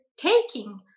taking